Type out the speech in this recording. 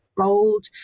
gold